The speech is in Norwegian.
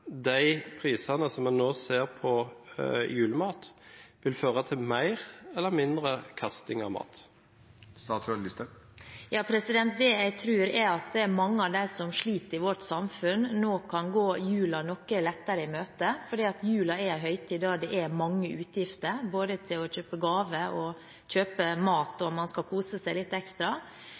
de prisene som vi nå ser på julemat, vil føre til mer eller mindre kasting av mat? Jeg tror at mange som sliter i vårt samfunn, nå kan gå jula noe lettere i møte fordi jula er en høytid da det er mange utgifter både til gaver og mat, og man skal kose seg litt ekstra.